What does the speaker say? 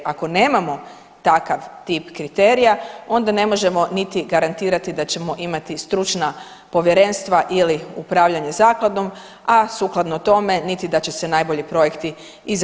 Ako nemamo takav tip kriterija onda ne možemo niti garantirati da ćemo imati stručna povjerenstva ili upravljanje zakladom, a sukladno tome niti da će se najbolji projekti izabirati.